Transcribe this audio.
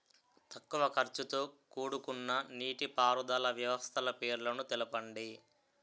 తక్కువ ఖర్చుతో కూడుకున్న నీటిపారుదల వ్యవస్థల పేర్లను తెలపండి?